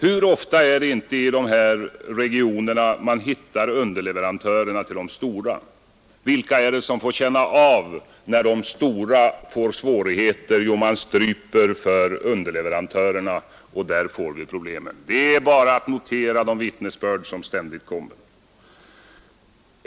Hur ofta är det inte i dessa regioner man hittar underleverantörerna till de stora, Vilka är det som får känna av det när de stora får svårigheter? Man stryper orderingången till underleverantörerna och där får vi problemen, Det är bara att notera de vittnesbörd som ständigt kommer fram.